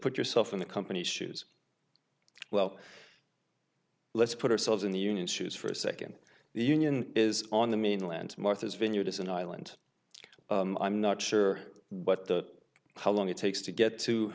put yourself in the company's shoes well let's put ourselves in the union shoes for a second the union is on the mainland martha's vineyard is an island i'm not sure what the how long it takes to get